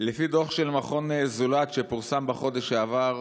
לפי דוח של מכון זולת שפורסם בחודש שעבר,